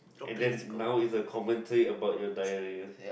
and then now is a commentary about your diarrhoea